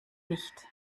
nicht